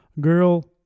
Girl